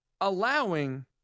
allowing